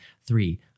Three